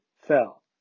fell